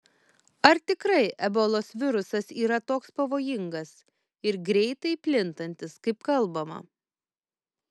ar tikrai ebolos virusas yra toks pavojingas ir greitai plintantis kaip kalbama